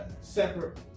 separate